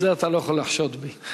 בזה אתה לא יכול לחשוד בי.